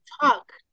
talk